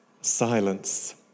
silence